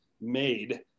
made